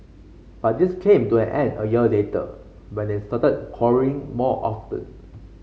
but this came to an end a year later when they started quarrelling more often